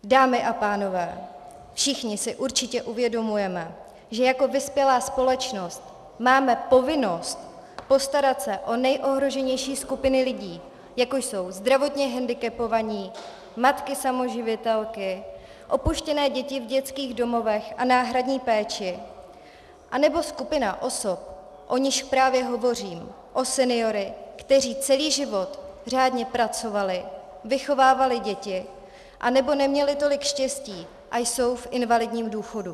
Dámy a pánové, všichni si určitě uvědomujeme, že jako vyspělá společnost máme povinnost postarat se o nejohroženější skupiny lidí, jako jsou zdravotně hendikepovaní, matky samoživitelky, opuštěné děti v dětských domovech a náhradní péči anebo skupina osob, o nichž právě hovořím, senioři, kteří celý život řádně pracovali, vychovávali děti nebo neměli tolik štěstí a jsou v invalidním důchodu.